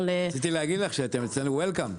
רציתי להגיד לך שאתם אצלנו welcome.